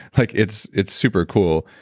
like it's it's super cool.